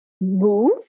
move